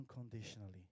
unconditionally